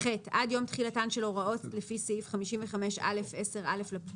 "(ח)עד יום תחילתן של הוראות לפי סעיף 55א10(א) לפקודה,